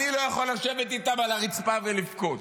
אני לא יכול לשבת איתם על הרצפה ולבכות,